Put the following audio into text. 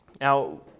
now